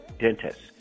dentists